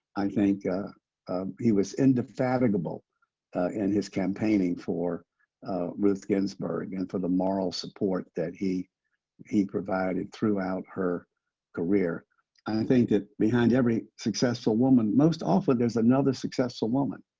i think he was indefatigable in his campaigning for ruth ginsburg and for the moral support that he he provided throughout her career. and i think that behind every successful woman, most often there's another successful woman.